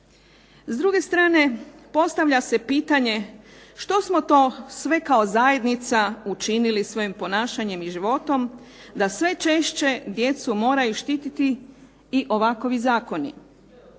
S druge strane, postavlja se pitanje što smo to sve kao zajednica učinili svojim ponašanjem i životom da sve češće djecu moraju štititi i ovakovi zakoni.